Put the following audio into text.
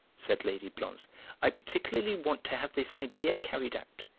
said lady blonze i particularly want to have this idea carried out.